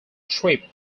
trip